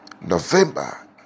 November